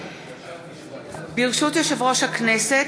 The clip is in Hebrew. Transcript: ברשות יושב-ראש הכנסת,